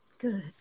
good